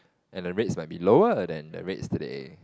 and the rates might be lower than the rates today